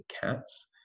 cats